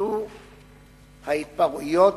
התפשטו ההתפרעויות